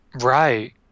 right